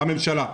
הממשלה.